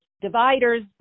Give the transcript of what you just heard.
dividers